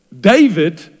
David